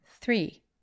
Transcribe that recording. Three